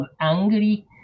angry